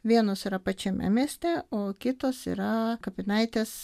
vienos yra pačiame mieste o kitos yra kapinaitės